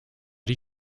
die